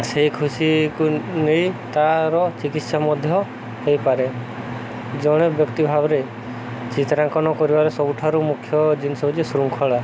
ସେହି ଖୁସିକୁ ନେଇ ତା'ର ଚିକିତ୍ସା ମଧ୍ୟ ହେଇପାରେ ଜଣେ ବ୍ୟକ୍ତି ଭାବରେ ଚିତ୍ରାଙ୍କନ କରିବାର ସବୁଠାରୁ ମୁଖ୍ୟ ଜିନିଷ ହେଉଛି ଶୃଙ୍ଖଳା